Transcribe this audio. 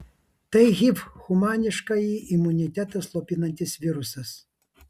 tai hiv humaniškąjį imunitetą slopinantis virusas